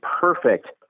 perfect